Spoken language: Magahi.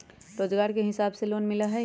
रोजगार के हिसाब से लोन मिलहई?